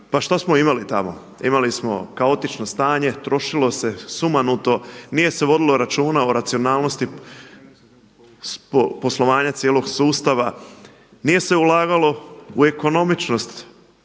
pa šta smo imali tamo? Imali smo kaotično stanje, trošilo se sumanuto, nije se vodilo računa o racionalnosti poslovanja cijelog sustava, nije se ulagalo u ekonomičnost,